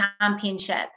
championship